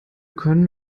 können